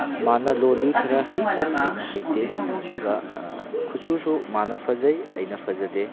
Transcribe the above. ꯃꯥꯅ ꯂꯣꯜꯂꯤ ꯈꯔ ꯍꯩ ꯑꯩꯅ ꯍꯩꯇꯦ ꯑꯗꯨꯒ ꯀꯨꯆꯨꯁꯨ ꯃꯥꯅ ꯐꯖꯩ ꯑꯩꯅ ꯐꯖꯗꯦ